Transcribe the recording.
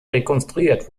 rekonstruiert